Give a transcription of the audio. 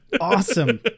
Awesome